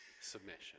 submission